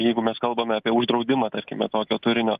jeigu mes kalbame apie uždraudimą tarkime tokio turinio